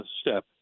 step